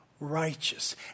Righteous